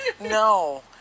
No